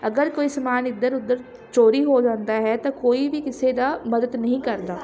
ਅਗਰ ਕੋਈ ਸਮਾਨ ਇੱਧਰ ਉੱਧਰ ਚੋਰੀ ਹੋ ਜਾਂਦਾ ਹੈ ਤਾਂ ਕੋਈ ਵੀ ਕਿਸੇ ਦਾ ਮਦਦ ਨਹੀਂ ਕਰਦਾ